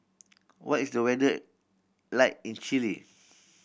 what is the weather like in Chile